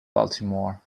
baltimore